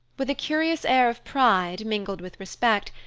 with a curious air of pride, mingled with respect,